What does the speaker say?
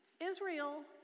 Israel